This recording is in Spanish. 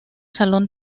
salón